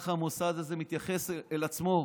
וככה המוסד הזה מתייחס לעצמו.